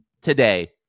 today